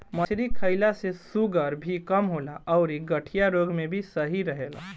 मछरी खईला से शुगर भी कम होला अउरी गठिया रोग में भी सही रहेला